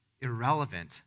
irrelevant